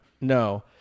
No